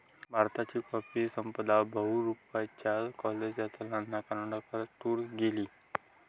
भारताची कॉफी संपदा बघूक रूपच्या कॉलेजातना कर्नाटकात टूर गेली